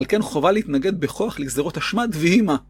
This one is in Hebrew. על כן חובה להתנגד בכוח לגזרות השמד ויהי מה